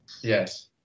Yes